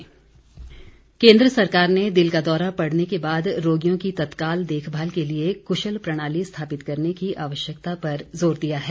प्रणाली केन्द्र सरकार ने दिल का दौरा पड़ने के बाद रोगियों की तत्काल देखभाल के लिए कुशल प्रणाली स्थापित करने की आवश्यकता पर जोर दिया है